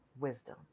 wisdom